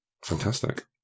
Fantastic